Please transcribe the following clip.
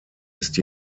ist